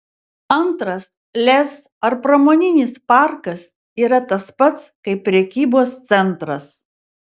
antras lez ar pramoninis parkas yra tas pats kaip prekybos centras